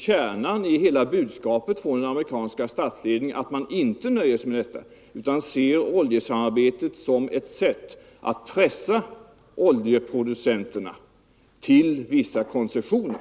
Kärnan i hela budskapet från den amerikanska statsledningen är ju att man inte nöjer sig med detta utan ser oljesamarbetet som ett sätt att pressa oljeproducenterna till vissa koncessioner.